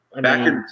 Back